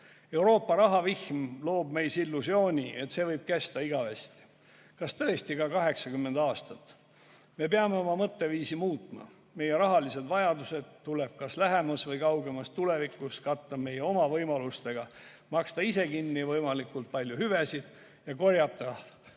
Euroopa rahavihm loob meis illusiooni, et see võib kesta igavesti. Kas tõesti ka 80 aastat? Me peame oma mõtteviisi muutma, meie rahalised vajadused tuleb lähemas või kaugemas tulevikus katta meie oma vahenditega, meil tuleb maksta ise kinni võimalikult palju hüvesid ja korjata